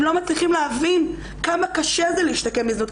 הם לא מצליחים כמה קשה זה להשתקם מזנות,